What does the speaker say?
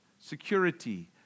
security